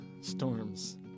storms